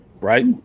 right